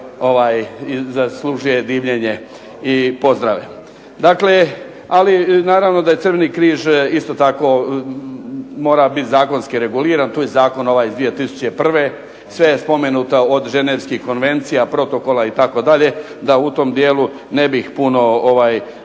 koja zaslužuje divljenje i pozdrave. Dakle, naravno da je Crveni križ isto tako mora biti zakonski reguliran, tu je ovaj zakon iz 2001. godine, sve je spomenuto od Ženevskih konvencija, protokola itd., da u tom dijelu se ne bih puno